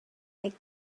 make